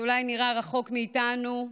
שאולי נראים רחוקים מאיתנו,